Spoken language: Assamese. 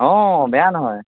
অঁ বেয়া নহয়